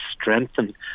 strengthen